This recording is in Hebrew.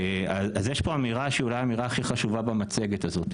אז יש פה אמירה שהיא אולי אמירה הכי חשובה במצגת הזאת,